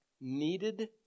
needed